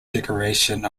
decoration